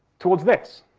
towards this.